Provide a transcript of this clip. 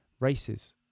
races